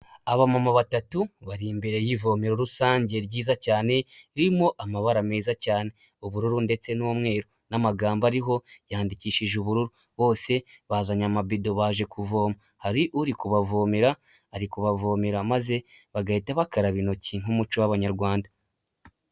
Abamama batatu bari imbere y'ivomero rusange ryiza cyane ririmo amabara meza cyane, ubururu ndetse n'umweru, n'amagambo ariho yandikishije ubururu. Bose bazanye amabido baje kuvoma; hari uri kubavomera, ari kubavomera maze bagahita bakaraba intoki nk'umuco w'abanyarwanda.